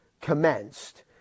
commenced